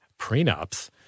prenups